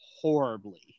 horribly